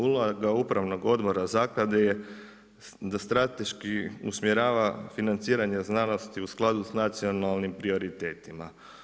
Uloga upravnog odbora zaklade je da strateški usmjerava financiranje znanosti u skladu sa nacionalnim prioritetima.